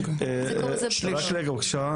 שליש.